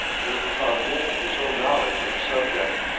and the profound depth of his own knowledge of the subject.